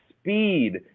speed